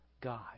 God